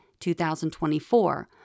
2024